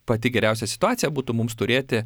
pati geriausia situacija būtų mums turėti